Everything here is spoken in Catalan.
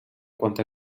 quanta